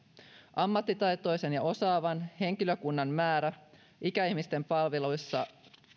ammattitaitoisen ja osaavan henkilökunnan tarve ikäihmisten palveluissa